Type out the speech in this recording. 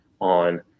on